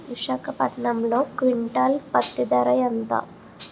విశాఖపట్నంలో క్వింటాల్ పత్తి ధర ఎంత?